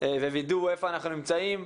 ווידוא איפה אנחנו נמצאים,